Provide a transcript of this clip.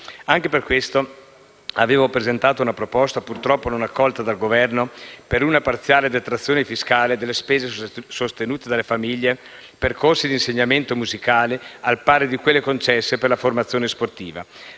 Anche per questo avevo presentato una proposta, purtroppo non accolta dal Governo, per una parziale detrazione fiscale delle spese sostenute dalle famiglie per corsi di insegnamento musicale, al pari di quelle concesse per le formazione sportiva.